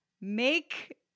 make